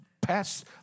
past